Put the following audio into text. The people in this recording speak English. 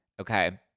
okay